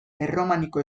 erromaniko